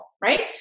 right